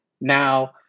Now